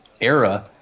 era